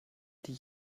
die